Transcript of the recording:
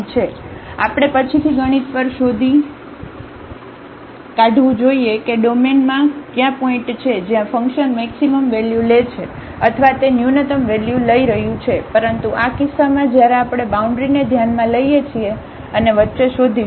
તેથી આપણે પછીથી ગણિત પર શોધી કા findવું જોઈએ કે ડોમેનમાં કયા પોઇન્ટ છે જ્યાં ફંકશન મેક્સિમમ વેલ્યુ લે છે અથવા તે ન્યુનત્તમ વેલ્યુ લઈ રહ્યું છે પરંતુ આ કિસ્સામાં જ્યારે આપણે બાઉન્ડ્રીને ધ્યાનમાં લઈએ છીએ અને વચ્ચે શોધીશું